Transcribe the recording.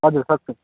हजुर सक्छु